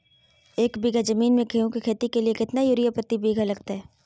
एक बिघा जमीन में गेहूं के खेती के लिए कितना यूरिया प्रति बीघा लगतय?